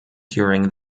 during